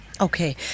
Okay